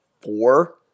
four